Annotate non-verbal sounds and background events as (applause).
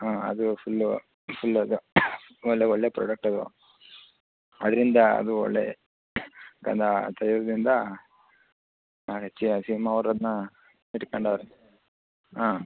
ಹಾಂ ಅದು full full ಅದು ಒಳ್ಳೆಯ ಒಳ್ಳೆಯ ಪ್ರೊಡಕ್ಟ್ ಅದು ಅದರಿಂದ ಅದು ಒಳ್ಳೆಯ ಗಂಧ (unintelligible) ಅದಕ್ಕೆ ಸಿನ್ಮಾವ್ರು ಅದನ್ನ ಇಟ್ಕೊಂಡವ್ರೆ ಹಾಂ